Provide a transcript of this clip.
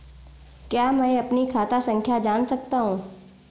क्या मैं अपनी खाता संख्या जान सकता हूँ?